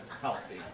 healthy